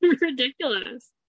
ridiculous